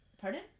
Pardon